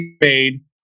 made